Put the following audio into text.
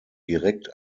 direkt